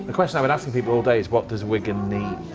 ah question i've been asking people all day is, what does wigan need?